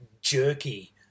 jerky